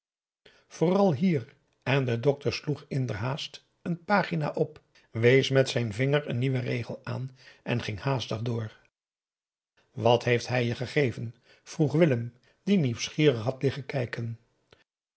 vooral hier en de dokter sloeg inderhaast een pagina op wees met zijn vinger een nieuwen regel aan en ging haastig door wat heeft hij je gegeven vroeg willem die nieuwsgierig had liggen kijken